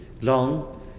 long